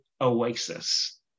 oasis